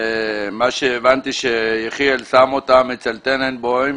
מה שהבנתי, שיחיאל שם אותם אצל טננבוים.